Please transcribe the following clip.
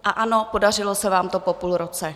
A ano, podařilo se vám to po půl roce.